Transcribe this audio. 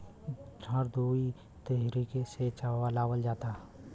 हर दुई तरीके से चलावल जाला